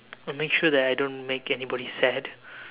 I'll make sure that I don't make anybody sad